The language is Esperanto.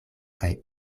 kaj